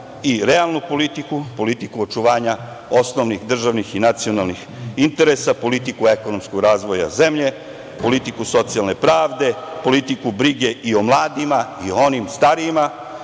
i realnu politiku, politiku očuvanja osnovnih državnih i nacionalnih interesa, politiku ekonomskog razvoja zemlje, politiku socijalne pravde, politiku brige i o mladima i onima starijima